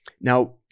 Now